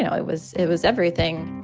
you know it was it was everything